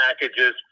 packages